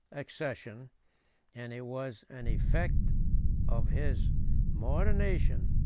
accession and it was an effect of his moderation,